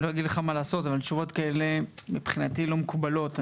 תשובות כאלה, מבחינתי, לא מקובלות.